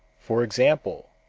for example,